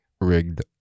Rigged